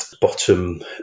bottom